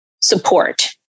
support